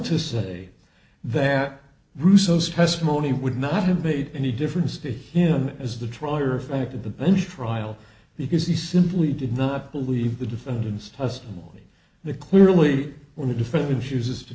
to say that bruce's testimony would not have made any difference to him as the trier of fact of the bench trial because he simply did not believe the defendant's testimony the clearly when the defendant chooses to